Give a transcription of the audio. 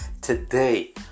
today